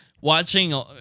watching